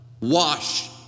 Wash